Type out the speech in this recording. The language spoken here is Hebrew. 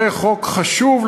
זה חוק חשוב,